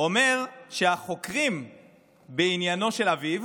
אומר שהחוקרים בעניינו של אביו